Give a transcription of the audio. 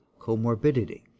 comorbidity